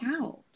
out